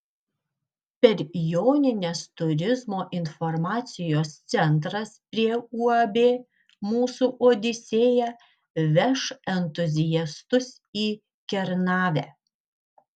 per jonines turizmo informacijos centras prie uab mūsų odisėja veš entuziastus į kernavę